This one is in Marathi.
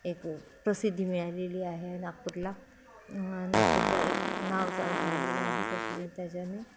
एक प्रसिद्धी मिळालेली आहे नागपूरला नागपूरचा एक नाव झालेला आहे त्याच्या त्याच्यानी